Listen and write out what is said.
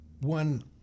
One